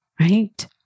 right